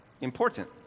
important